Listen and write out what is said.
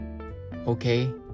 Okay